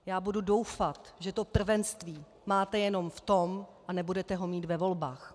Já budu doufat, že to prvenství máte jenom v tom a nebudete ho mít ve volbách.